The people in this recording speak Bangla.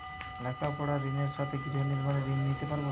লেখাপড়ার ঋণের সাথে গৃহ নির্মাণের ঋণ নিতে পারব?